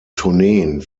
tourneen